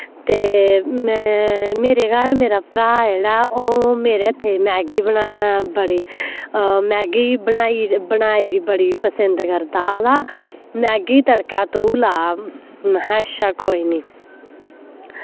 ते मैं मेरे घर मेरा भ्राऽ जेह्ड़ा ओह् मेरे हत्थें दी मैग्गी बनाना बड़ी मैग्गी गी बनाई बनाई दी बड़ी पसंद करदा आखदा मैग्गी तड़का तूं ला म्है अच्छा कोई निं